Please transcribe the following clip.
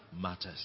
matters